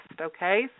okay